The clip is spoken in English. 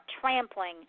trampling